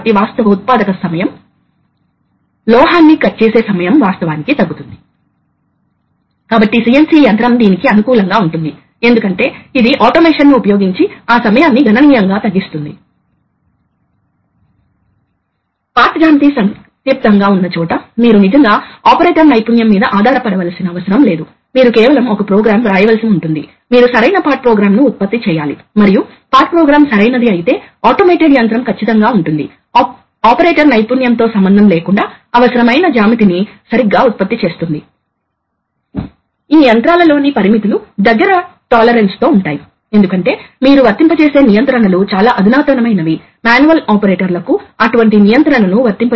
కాబట్టి object A అయితే ఈ సమయంలో క్లేమ్పింగ్ ఫోర్స్ మాత్రమే గ్రహించబడుతుంది అది B యొక్క పరిమాణంలో ఉంటే ఈ సమయంలో క్లేమ్పింగ్ ఫోర్స్ గ్రహించబడుతుంది అది C కలిగి ఉంది కాబట్టి సిలిండర్ ఎంత కదులుతుంది మరియు ఎక్కడ ఆగిపోతుందో ఛాంబర్ లో అభివృద్ధి చేసిన ప్రెషర్ ఆధారంగా నిర్ణయించవలసి ఉంటుంది కాబట్టి ప్రెషర్ అభివృద్ధి చెందుతుంది నా ఉద్దేశ్యం ఛాంబర్ లో బ్యాక్ ప్రెషర్ అభివృద్ధి చెందుతుంది అప్పుడు ఇది వాస్తవానికి కదలికను అడ్డుకుంటుంది కాబట్టి ఒక నిర్దిష్ట ప్రెషర్ డిఫరెన్స్ తలెత్తుతుంది